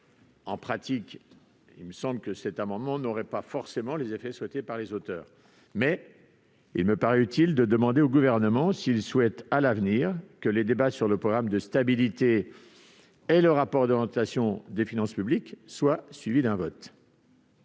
En pratique, cet amendement n'aurait pas les effets recherchés par ses auteurs. Toutefois, il me paraît utile de demander au Gouvernement s'il souhaite, à l'avenir, que le débat sur le programme de stabilité et sur le rapport d'orientation des finances publiques soit suivi d'un vote.